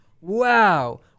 Wow